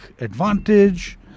advantage